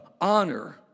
honor